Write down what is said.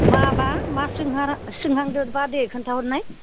माबा मा सोंहांदोंबा दे खोन्थाहरनाय